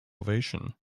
ovation